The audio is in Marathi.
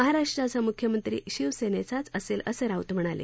महाराष्ट्राचा मुख्यमंत्री शिवसेनेचाच असेल असं राऊत म्हणाले